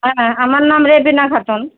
হ্যাঁ হ্যাঁ আমার নাম রেবেনা খাতুন